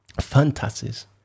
fantasies